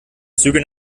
züge